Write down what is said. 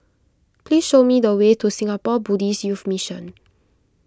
please show me the way to Singapore Buddhist Youth Mission